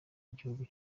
igihugu